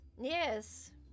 Yes